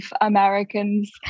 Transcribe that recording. Americans